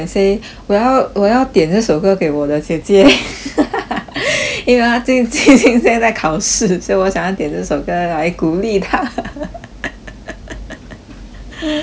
我要我要点这首歌给我的姐姐 因为她今今天现在在考试所以我想要点这首歌来鼓励她